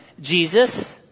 Jesus